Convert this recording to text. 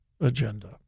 agenda